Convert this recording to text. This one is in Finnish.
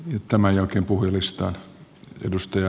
ja tämän jälkeen puhujalistaan